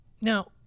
Now